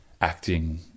acting